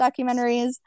documentaries